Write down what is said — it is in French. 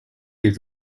les